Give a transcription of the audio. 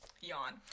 yawn